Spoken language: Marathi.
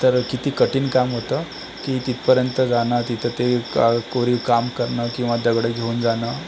तर किती कठीण काम होतं की तिथपर्यंत जाणं तिथं ते का कोरीव काम करणं किंवा दगडं घेऊन जाणं